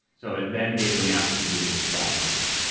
so it then gave them the opportunity to install more things,